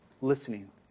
listening